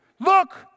Look